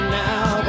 now